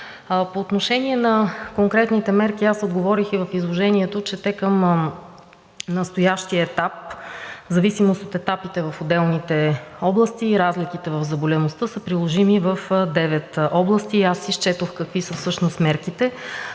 По отношение на конкретните мерки, аз отговорих и в изложението, че те към настоящия етап, в зависимост от етапите в отделните области и разликите в заболяемостта, са приложими в девет области и аз изчетох всъщност какви са мерките,